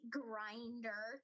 grinder